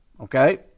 okay